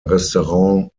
restaurant